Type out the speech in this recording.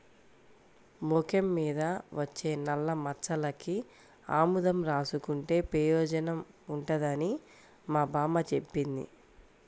మొఖం మీద వచ్చే నల్లమచ్చలకి ఆముదం రాసుకుంటే పెయోజనం ఉంటదని మా బామ్మ జెప్పింది